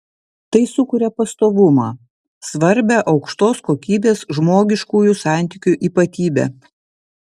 tai sukuria pastovumą svarbią aukštos kokybės žmogiškųjų santykių ypatybę